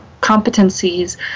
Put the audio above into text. competencies